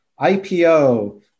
IPO